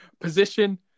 Position